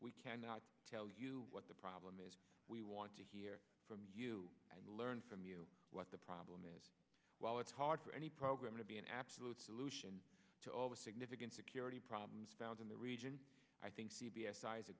we cannot tell you what the problem is we want to hear from you and learn from you what the problem is well it's hard for any program to be an absolute solution to all the significant security problems found in the region i think c b s eyes a